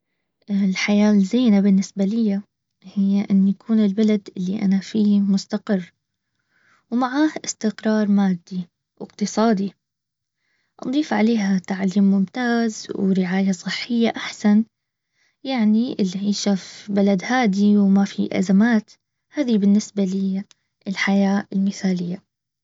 الحياة الزينة بالنسبة لي هي ان يكون البلد اللي انا فيه مستقر ومعاه استقرار مادي واقتصادي. نضيف عليها تعليم ممتاز ورعاية صحية احسن. يعني اللي العيشه في بلد هادي وما في ازمات بالنسبة لي الحياة المثالية